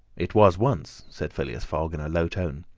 it was once, said phileas fogg, in a low tone.